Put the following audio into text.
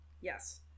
Yes